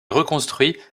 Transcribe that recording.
reconstruits